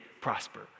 prosper